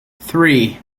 three